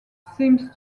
seems